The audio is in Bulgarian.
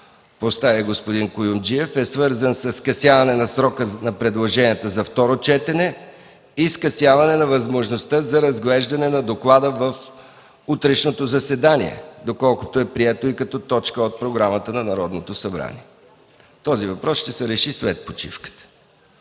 постави господин Куюмджиев, е свързан със скъсяване на срока на предложенията за второ четене и скъсяване на възможността за разглеждане на доклада в утрешното заседание, доколкото е прието и като точка от Програмата на Народното събрание. Този въпрос ще се реши след почивката.